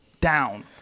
down